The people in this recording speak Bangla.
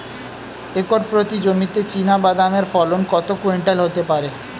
একর প্রতি জমিতে চীনাবাদাম এর ফলন কত কুইন্টাল হতে পারে?